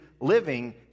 living